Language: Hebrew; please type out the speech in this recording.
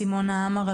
סימונה עמר,